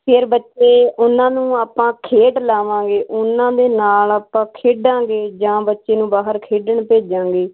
ਫਿਰ ਬੱਚੇ ਉਹਨਾਂ ਨੂੰ ਆਪਾਂ ਖੇਡ ਲਾਵਾਂਗੇ ਉਹਨਾਂ ਦੇ ਨਾਲ ਆਪਾਂ ਖੇਡਾਂਗੇ ਜਾਂ ਬੱਚੇ ਨੂੰ ਬਾਹਰ ਖੇਡਣ ਭੇਜਾਂਗੇ